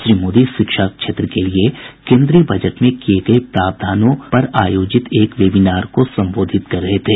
श्री मोदी शिक्षा क्षेत्र के लिए केन्द्रीय बजट में किये गए प्रावधानों पर आयोजित एक वेबिनार को संबोधित कर रहे थे